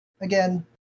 again